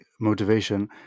motivation